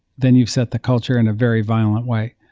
then you've set the culture in a very violent way.